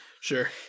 Sure